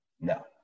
No